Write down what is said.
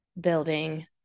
building